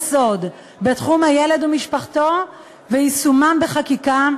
יסוד בתחום הילד ומשפחתו ויישומם בחקיקה,